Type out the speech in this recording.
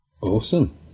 Awesome